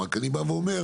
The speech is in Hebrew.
רק אני בא ואומר,